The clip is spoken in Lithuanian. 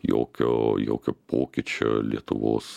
jokio jokio pokyčių lietuvos